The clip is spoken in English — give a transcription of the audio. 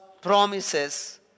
promises